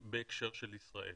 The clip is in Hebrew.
בהקשר של ישראל